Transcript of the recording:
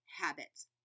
habits